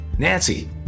Nancy